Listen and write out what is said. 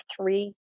three